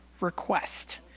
request